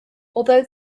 although